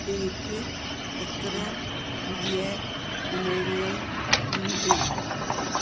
എനിക്ക് എത്ര പുതിയ ഇ മെയിലുകൾ ഉണ്ട്